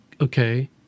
okay